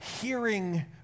hearing